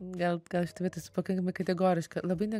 gal kad aš šitoj vietoj esu pakankamai kategoriška labai